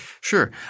Sure